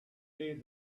day